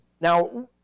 Now